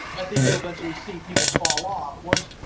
i think you'll eventually see people fall off once.